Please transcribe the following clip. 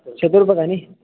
शतरूप्यकाणि